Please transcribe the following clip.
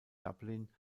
dublin